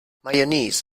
mayonnaise